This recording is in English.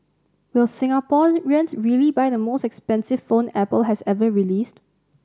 will Singaporeans really buy the most expensive phone Apple has ever released